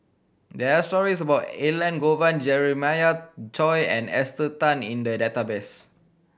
there are stories about Elangovan Jeremiah Choy and Esther Tan in the database